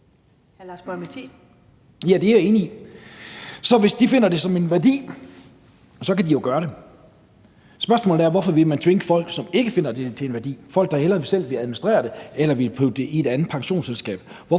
hvis de finder, at det har en værdi, så kan de jo gøre det. Spørgsmålet er, hvorfor man vil tvinge folk, som ikke finder, at det har en værdi, altså folk, der hellere selv vil administrere det eller vil putte det i et andet pensionsselskab.